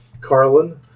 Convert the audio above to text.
Carlin